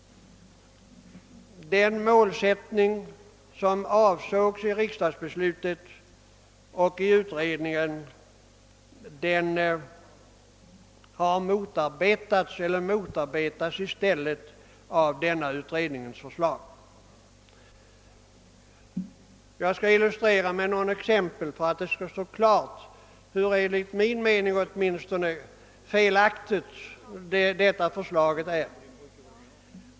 Den målsättning som avsågs i riksdagsbeslutet och av jordbruksutredningen motarbetas av denna utrednings förslag. Jag skall illustrera det med några exempel för att det skall stå klart hur felaktigt detta förslag åtminstone enligt min mening är.